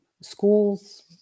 schools